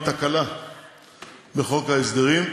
היא תקלה בחוק ההסדרים,